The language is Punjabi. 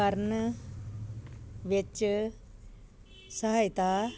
ਕਰਨ ਵਿੱਚ ਸਹਾਇਤਾ